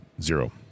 Zero